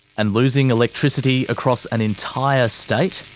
and losing electricity across an entire state?